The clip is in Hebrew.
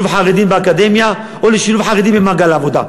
חרדים באקדמיה או לשילוב חרדים במעגל העבודה.